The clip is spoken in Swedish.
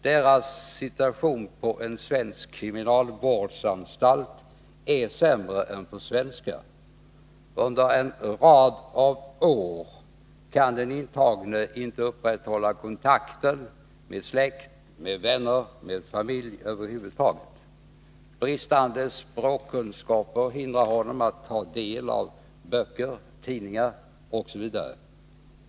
Deras situation på en svensk kriminalvårdsanstalt är sämre än för svenskar. Under en rad av år kan den intagne inte upprätthålla kontakten med släkt, med vänner eller med familjer över huvud taget. Bristande språkkunskaper hindrar honom från att ta del av böcker, tidningar osv.